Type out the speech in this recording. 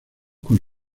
con